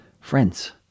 Friends